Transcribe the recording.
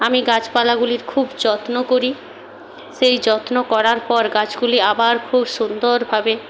আমি গাছপালাগুলির খুব যত্ন করি সেই যত্ন করার পর গাছগুলি আবার খুব সুন্দরভাবে